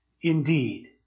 indeed